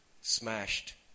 smashed